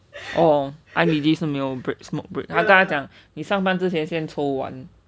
oh I'm really 都没有 break smoke break 他讲你上班之前先抽完:ta jiang ni shang ban zhi qianan xian chou wan